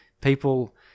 People